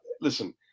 Listen